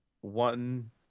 one